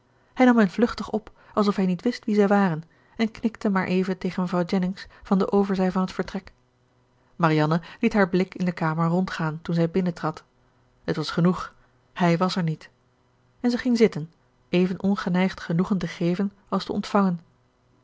hij nam hen vluchtig op alsof hij niet wist wie zij waren en knikte maar even tegen mevrouw jennings van de overzij van het vertrek marianne liet haar blik in de kamer rondgaan toen zij binnentrad het was genoeg hij was er niet en zij ging zitten even ongeneigd genoegen te geven als te ontvangen